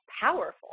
powerful